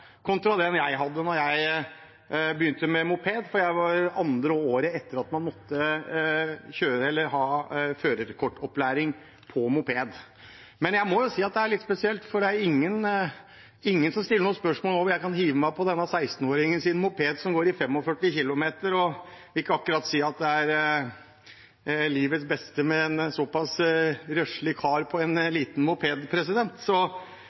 kontra den jeg hadde da jeg begynte med moped – det var andre året etter at man hadde førerkortopplæring på moped. Jeg må si det er litt spesielt fordi ingen stiller spørsmål om jeg kan hive meg på denne 16-åringens moped som går i 45 km/t. Jeg vil ikke akkurat si at det er til livets beste med en såpass røslig kar på en